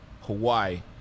Hawaii